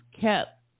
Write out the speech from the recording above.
kept